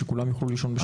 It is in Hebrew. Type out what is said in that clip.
שכולם יוכלו לישון בשקט.